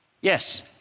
Yes